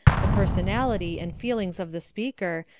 the personality and feelings of the speaker,